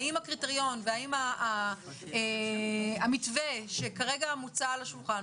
האם הקריטריון והאם המתווה שכרגע מוצע על השולחן,